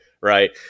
right